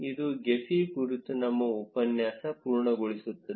ಇದು ಗೆಫಿ ಕುರಿತು ನಮ್ಮ ಉಪನ್ಯಾಸ ಪೂರ್ಣಗೊಳಿಸುತ್ತದೆ